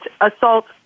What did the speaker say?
assault